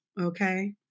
okay